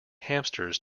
hamsters